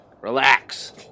Relax